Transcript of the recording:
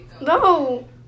No